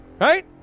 Right